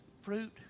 fruit